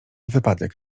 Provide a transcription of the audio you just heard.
wypadek